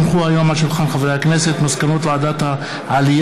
עוד הונחו היום על שולחן הכנסת מסקנות ועדת העלייה,